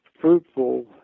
fruitful